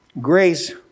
grace